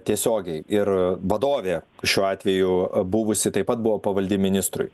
tiesiogiai ir vadovė šiuo atveju a buvusi taip pat buvo pavaldi ministrui